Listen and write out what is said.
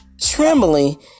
trembling